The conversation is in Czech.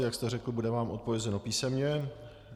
Jak jste řekl, bude vám odpovězeno písemně.